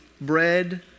bread